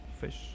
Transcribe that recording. fish